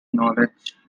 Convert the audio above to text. knowledge